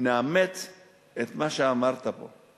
נאמץ את מה שאמרת פה.